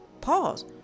Pause